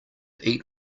eat